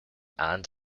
and